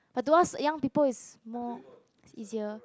but to us young people is more is easier